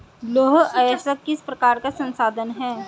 लौह अयस्क किस प्रकार का संसाधन है?